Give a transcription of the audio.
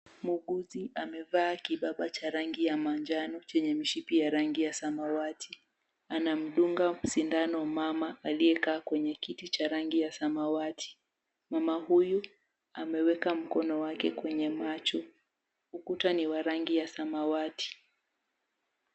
Muuguzi amevaa kidaba chenye rangi ya manjano chenye mshipi ya rangi ya samawati. Anamdunga mama shindano aliyekaa kwenye kiti cha samawati. Mama huyu amweka mkono wake kwenye macho. Ukuta ni wa rangi ya samawati.